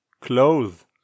clothes